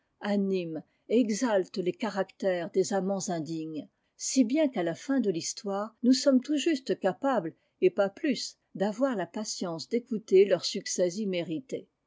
anime et exalte les caractères des amants indignes si bien qu'à la fin de l'histoire nous sommes tout juste capables et pas plus d'avoir la patience d'écouter leurs succès immérités